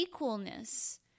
equalness